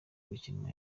gukinwa